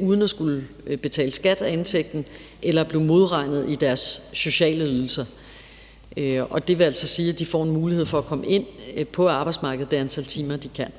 uden at skulle betale skat af indtægten eller blive modregnet i deres sociale ydelser. Det vil altså sige, at de får en mulighed for at komme ind på arbejdsmarkedet i det antal timer, de kan.